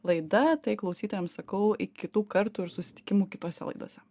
laida tai klausytojams sakau iki kitų kartų ir susitikimų kitose laidose